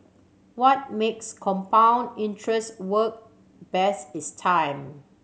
what makes compound interest work best is time